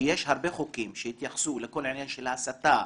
שיש הרבה חוקים שהתייחסו לכל העניין של ההסתה,